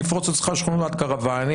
נפרוס אצלך שכונת קרוואנים,